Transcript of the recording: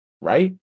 right